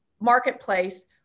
marketplace